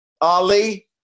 Ali